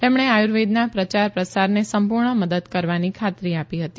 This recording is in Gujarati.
તેમણે આયુર્વેદના પ્રચાર પ્રસારને સંપુર્ણ મદદ કરવાની ખાતરી આપી હતી